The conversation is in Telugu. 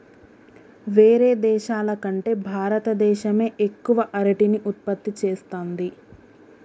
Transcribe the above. వేరే దేశాల కంటే భారత దేశమే ఎక్కువ అరటిని ఉత్పత్తి చేస్తంది